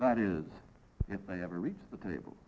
that is if they ever reach the table